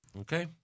Okay